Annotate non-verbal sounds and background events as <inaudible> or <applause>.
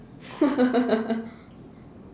<laughs>